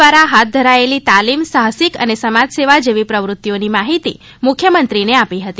દ્વારા હાથ ધરાયેલી તાલીમ સાહસીક અને સમાજસેવા જેવી પ્રવૃતિઓની માહિતી મુખ્યમંત્રીને આપી હતી